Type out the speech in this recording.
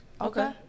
Okay